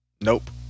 Nope